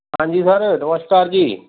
ਹਾਂਜੀ ਸਰ ਨਮਸਕਾਰ ਜੀ